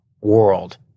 world